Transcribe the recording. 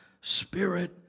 Spirit